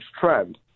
trend